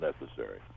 necessary